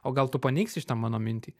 o gal tu paneigsi šitą mano mintį